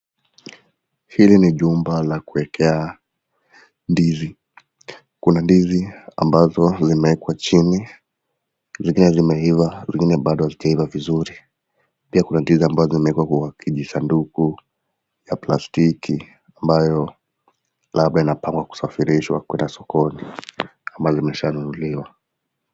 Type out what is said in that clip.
Hili ni jumba la kuekea ndizi kuna ndizi ambazo zimewekwa chini, zengine zimeiva ,zengine bado hazijaiva vizuri, pia Kuna ndizi ambazo zimewekwa kwenye kijisanduku la kiplastiki, ambazo labda zinapangwa kusafirishwa kupelekwa sokoni ama zishanunuliwa.